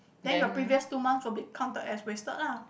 then your previous two months will be counted as wasted ah